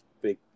big